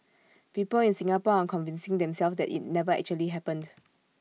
people in Singapore are convincing themselves that IT never actually happened